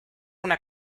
una